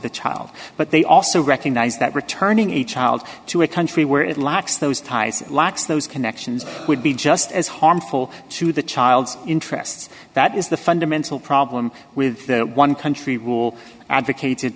the child but they also recognize that returning a child to a country where it lacks those ties lacks those connections would be just as harmful to the child's interests that is the fundamental problem with the one country rule advocated